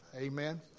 Amen